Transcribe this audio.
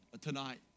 tonight